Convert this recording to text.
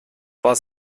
war